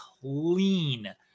clean